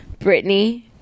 Britney